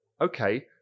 Okay